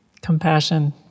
Compassion